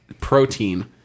protein